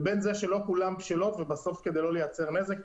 לבין זה שלא כולן בשלות ובסוף כדי לא לייצר נזק,